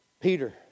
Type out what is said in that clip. Peter